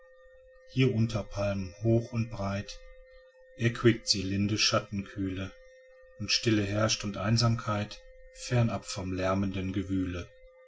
hier unter palmen hoch und breit erquickt sie linde schattenkühle und stille herrscht und einsamkeit fernab vom lärmenden gewühle